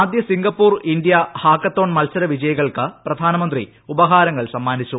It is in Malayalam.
ആദ്യ സിംഗപ്പൂർ ഇന്ത്യ ഹാക്ക്തോൺ മത്സരവിജയികൾക്ക് പ്രധാനമന്ത്രി ഉപഹാർങ്ങൾ സമ്മാനിച്ചു